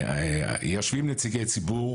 יושבים נציגי ציבור,